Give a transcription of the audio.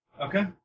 Okay